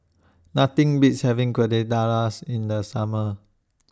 Nothing Beats having Quesadillas in The Summer